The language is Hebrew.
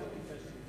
גם אני ביקשתי,